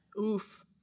Oof